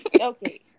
Okay